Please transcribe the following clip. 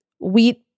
wheat